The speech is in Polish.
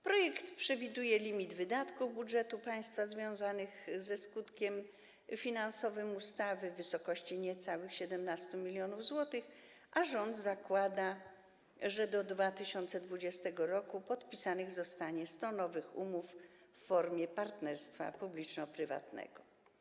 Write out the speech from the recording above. Projekt przewiduje limit wydatków budżetu państwa związanych ze skutkiem finansowym ustawy w wysokości niecałych 17 mln zł, a rząd zakłada, że do 2020 r. podpisanych zostanie 100 nowych umów w formule partnerstwa publiczno-prywatnego.